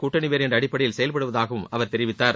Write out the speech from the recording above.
கூட்டணி வேறு என்ற அடிப்படையில் செயல்படுவதாகவும் தெரிவித்தார்